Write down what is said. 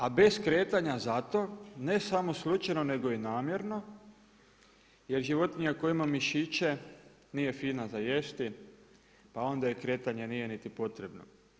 A bez kretanja zato ne samo slučajno nego i namjerno jer životinja koja ima mišiće nije fina za jesti, pa onda joj kretanje nije niti potrebno.